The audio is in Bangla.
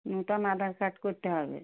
নতুন আধার কার্ড করতে হবে